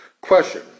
Question